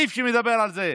אין שום סעיף שמדבר על זה.